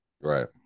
Right